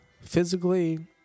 physically